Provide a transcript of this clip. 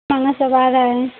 महंगा सब आ रहा है